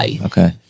Okay